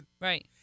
Right